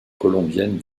colombienne